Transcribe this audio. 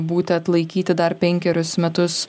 būti atlaikyti dar penkerius metus